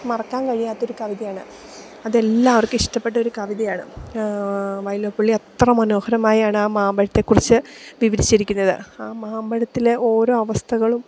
മറക്കാൻ കഴിയാത്ത ഒരു കവിതയാണ് അത് എല്ലാവർക്കും ഇഷ്ടപ്പെട്ടൊരു കവിതയാണ് വയലോപ്പള്ളി അത്ര മനോഹരമായാണ് ആ മാമ്പഴത്തെക്കുറിച്ച് വിവരിച്ചിരിക്കുന്നത് ആ മാമ്പഴത്തിലെ ഓരോ അവസ്ഥകളും